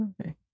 Okay